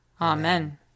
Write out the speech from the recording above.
Amen